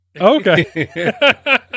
Okay